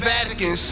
Vatican